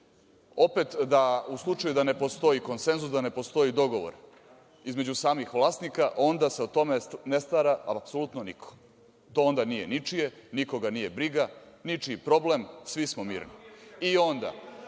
Opet, u slučaju da ne postoji konsenzus, da ne postoji dogovor između samih vlasnika, onda se o tome ne stara apsolutno niko. To onda nije ničije, nikoga nije briga, ničiji problem, svi smo mirni.